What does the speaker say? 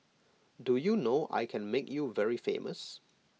do you know I can make you very famous